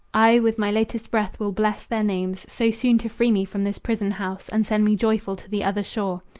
i with my latest breath will bless their names, so soon to free me from this prison-house and send me joyful to the other shore.